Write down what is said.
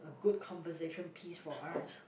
good conversation piece for us